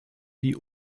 die